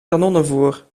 kanonnenvoer